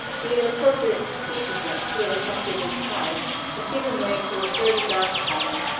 the inappropriate facetiousness he had affected in ties had given way to a sturdy dark pattern,